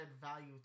value